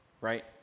right